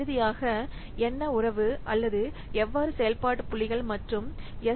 இறுதியாக என்ன உறவு அல்லது எவ்வாறு செயல்பாட்டு புள்ளிகள் மற்றும் எஸ்